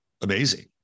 amazing